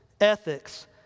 ethics